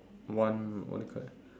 one what do you call that